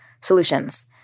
solutions